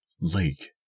lake